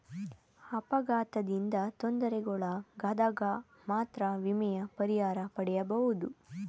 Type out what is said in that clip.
ಅಪಘಾತದಿಂದ ತೊಂದರೆಗೊಳಗಾದಗ ಮಾತ್ರ ವಿಮೆಯ ಪರಿಹಾರ ಪಡೆಯಬಹುದು